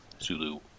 Zulu